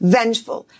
vengeful